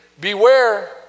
beware